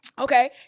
Okay